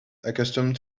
accustomed